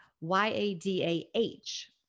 Y-A-D-A-H